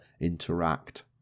interact